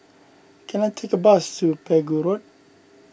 can I take a bus to Pegu Road